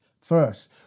first